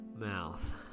mouth